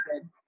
good